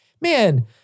man